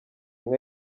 nka